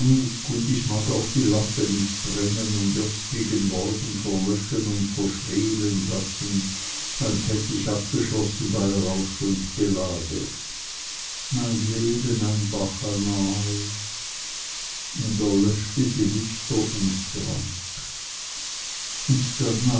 und ich mag auch die lampe nicht brennen und erst gegen morgen verlöschen und verschwelen lassen als hätt ich abgeschlossen bei rausch und gelage mein leben ein bacchanal und er löschte die lichter und trank und dann